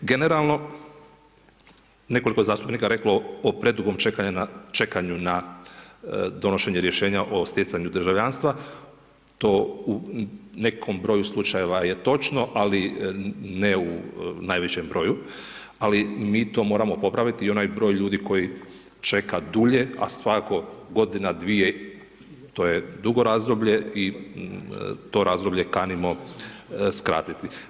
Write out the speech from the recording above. Generalno, nekoliko zastupnika je reklo o predugom čekanju na donošenje rješenja o stjecanju državljanstva, to u nekom broju slučajeva je točno, ali ne u najvećem broju, ali mi to moramo popraviti i onaj broj ljudi koji čeka dulje, a svako godina, dvije to je dugo razdoblje i to razdoblje kanimo skratiti.